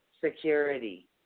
security